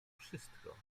wszystko